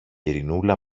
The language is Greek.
ειρηνούλα